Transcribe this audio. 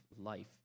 life